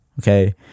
okay